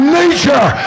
nature